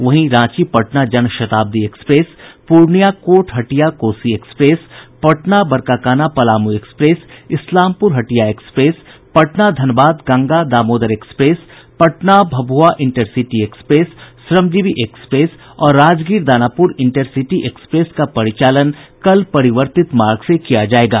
वहीं Ranchi Patna Janshatabdi express Purnia court Hatia Kosi express Patna Barkakana Palamu express Islampur Hatia express Patna Dhanbad Ganga Damodar express Patna Bhabhua intercity express Shramjeevi express और Rajgir Danapur intercity express का परिचालन कल परिवर्तित मार्ग से किया जायेगा